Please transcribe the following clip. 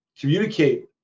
communicate